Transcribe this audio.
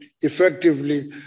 effectively